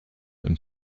than